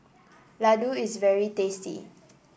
laddu is very tasty